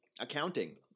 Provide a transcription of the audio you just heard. accounting